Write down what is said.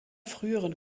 früheren